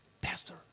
pastor